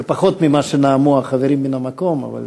זה פחות ממה שנאמו החברים מן המקום, אבל